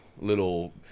little